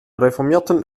reformierten